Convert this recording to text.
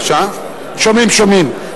שומעים, שומעים.